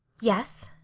yes.